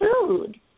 food